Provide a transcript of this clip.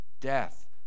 death